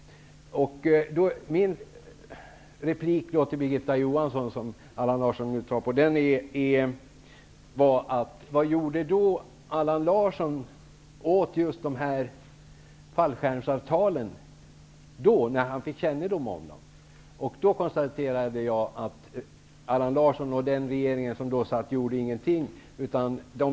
I min replik till Birgitta Johansson, som Allan Larsson nu tog fasta på, ställde jag frågan: Vad gjorde Allan Larsson åt fallskärmsavtalen när han fick kännedom om dem? Jag konstaterade att Allan Larsson och den regering som då satt inte gjorde någonting.